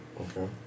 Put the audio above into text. Okay